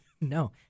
No